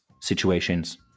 situations